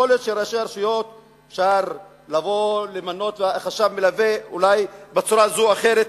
יכול להיות שאפשר למנות חשב מלווה בצורה זו או אחרת,